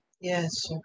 Yes